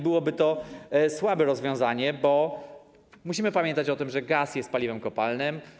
Błoby to słabe rozwiązanie, bo musimy pamiętać o tym, że gaz jest paliwem kopalnym.